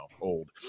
old